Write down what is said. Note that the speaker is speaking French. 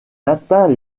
atteint